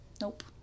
nope